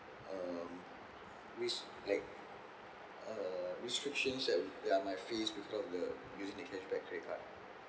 um which like uh restrictions that we might face because of the using the cashback credit card